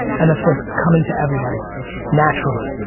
and that's what's coming to everybody naturally.